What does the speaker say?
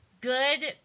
good